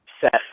set